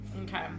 Okay